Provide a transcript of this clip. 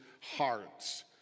hearts